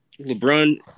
LeBron